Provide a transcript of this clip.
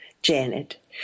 Janet